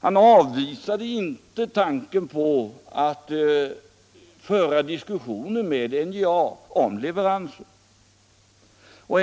Han avvisade inte tanken på att föra diskussioner med NJA om leveranser.